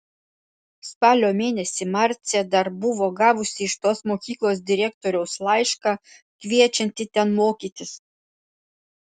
spalio mėnesį marcė dar buvo gavusi iš tos mokyklos direktoriaus laišką kviečiantį ten mokytis